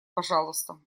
пожалуйста